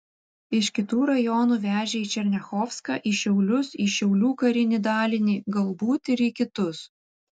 iš kitų rajonų vežė į černiachovską į šiaulius į šiaulių karinį dalinį galbūt ir į kitus